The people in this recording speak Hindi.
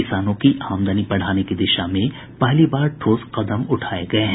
किसानों की आमदनी बढ़ाने की दिशा में पहली बार ठोस कदम उठाये गये हैं